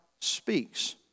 speaks